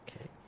Okay